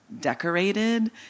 decorated